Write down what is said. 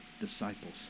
disciples